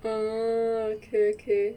uh okay okay